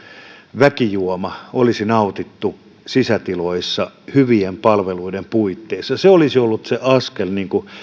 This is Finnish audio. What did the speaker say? väkijuoman sijaan olisi nautittu sisätiloissa hyvien palveluiden puitteissa se olisi ollut se askel